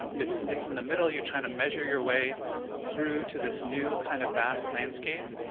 it's it's in the middle. you're trying to measure your way through to this new kind of vast landscape.